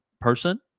person